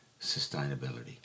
sustainability